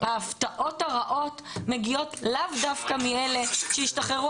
ההפתעות הרעות מגיעות לאו דווקא מאלה שהשתחררו